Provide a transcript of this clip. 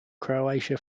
croatia